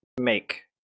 make